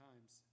times